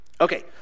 Okay